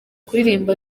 kuririmba